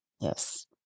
Yes